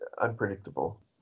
Unpredictable